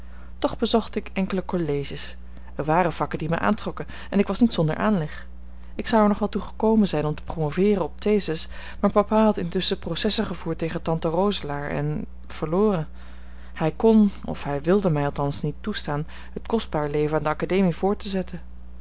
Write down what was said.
toch bezocht ik enkele colleges er waren vakken die mij aantrokken en ik was niet zonder aanleg ik zou er nog wel toe gekomen zijn om te promoveeren op theses maar papa had intusschen processen gevoerd tegen tante roselaer en verloren hij kon of hij wilde mij althans niet toestaan het kostbaar leven aan de academie voort te zetten